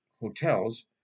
hotels